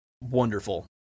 wonderful